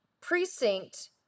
precinct